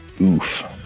Oof